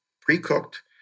pre-cooked